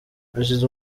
hashize